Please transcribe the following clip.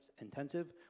intensive